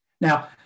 Now